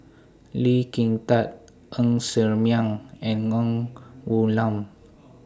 Lee Kin Tat Ng Ser Miang and Ng Woon Lam